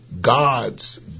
God's